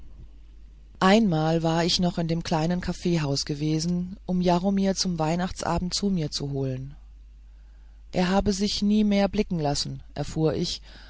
einmal war ich noch in dem kleinen kaffeehaus gewesen um jaromir zum weihnachtsabend zu mir zu holen er habe sich nie mehr blicken lassen erfuhr ich